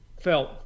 felt